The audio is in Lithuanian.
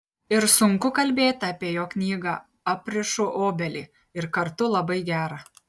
ir sunku kalbėti apie jo knygą aprišu obelį ir kartu labai gera